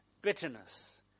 bitterness